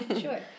Sure